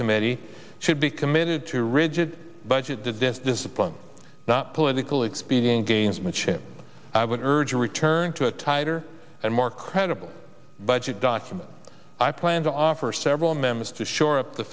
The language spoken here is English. committee should be committed to a rigid budget this discipline not politically expedient gamesmanship i would urge a return to a tighter and more credible budget document i plan to offer several members to shore up the